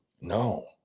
No